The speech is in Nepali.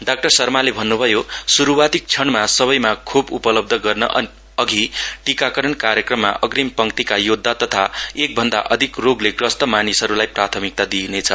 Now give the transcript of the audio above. डाक्टर शर्माले भन्न्भयो श्रुवाती क्षणमा सबैमा खोप उपलब्ध गर्न अधि टिकाकरण कार्यक्रममा अग्रिम पंक्तिका यौद्धा तथा एक भन्दा अधिक रोगले ग्रस्त मानिसहरूलाई प्राथमिकता दिइनेछ